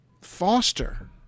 foster